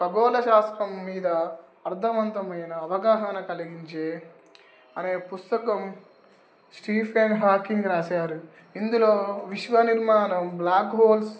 ఖగోళ శాస్తకం మీద అర్థవంతమైన అవగాహన కలిగించే అనే పుస్తకం స్టీఫెన్ హాకింగ్ రాశారు ఇందులో విశ్వనిర్మాణం బ్లాక్ హోల్స్